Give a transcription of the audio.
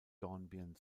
dornbirn